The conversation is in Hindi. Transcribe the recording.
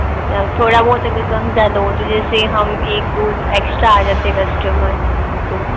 अच्छा थोड़ा बहुत अगर कम ज़्यादा हो तो जैसे हम एक दो एक्स्ट्रा आ जाते कस्टमर तो